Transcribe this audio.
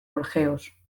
gorjeos